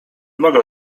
mogę